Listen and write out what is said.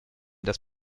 das